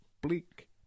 bleak